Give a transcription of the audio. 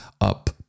up